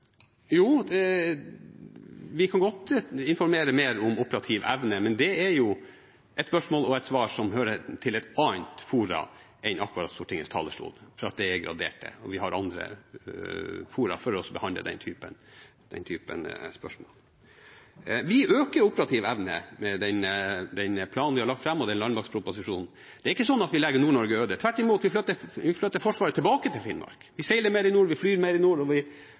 Jo, vi kan godt informere mer om operativ evne, men det er et spørsmål og et svar som hører til et annet fora enn akkurat Stortingets talerstol, fordi det er gradert, og vi har andre fora for å behandle den type spørsmål. Vi øker operativ evne med den planen vi har lagt fram og landmaktproposisjonen. Det er ikke sånn at vi legger Nord-Norge øde. Tvert imot, vi flytter Forsvaret tilbake til Finnmark. Vi seiler mer i nord, vi flyr mer i nord, og vi